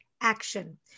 action